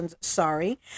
sorry